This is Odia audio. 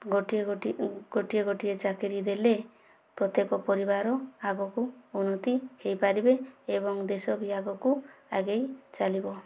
ଗୋଟିଏ ଗୋଟିଏ ଗୋଟିଏ ଗୋଟିଏ ଚାକିରି ଦେଲେ ପ୍ରତ୍ୟେକ ପରିବାର ଆଗକୁ ଉନ୍ନତି ହୋଇପାରିବେ ଏବଂ ଦେଶ ବି ଆଗକୁ ଆଗେଇ ଚାଲିବ